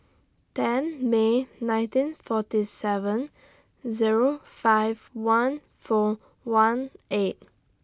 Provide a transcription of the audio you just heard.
ten May nineteen forty seven Zero five one four one eight